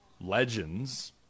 legends